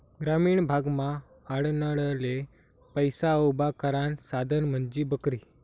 ग्रामीण भागमा आडनडले पैसा उभा करानं साधन म्हंजी बकरी